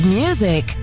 music